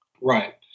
Right